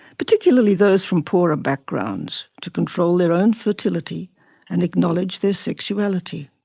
particularly those from poorer backgrounds, to control their own fertility and acknowledge their sexuality.